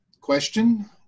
question